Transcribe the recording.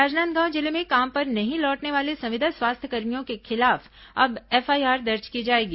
राजनांदगांव जिले में काम पर नहीं लौटने वाले संविदा स्वास्थ्यकर्मियों के खिलाफ अब एफआईआर दर्ज की जाएगी